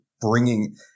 bringing –